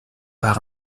par